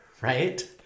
right